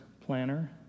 planner